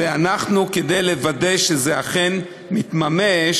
ואנחנו, כדי לוודא שזה אכן מתממש,